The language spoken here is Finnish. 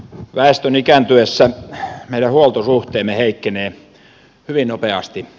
väestön ikääntyessä meidän huoltosuhteemme heikkenee hyvin nopeasti